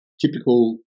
typical